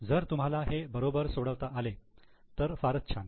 जर तुम्हाला हे बरोबर सोडवता आले तर फारच छान